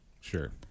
Sure